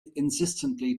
insistently